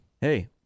Hey